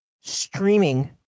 streaming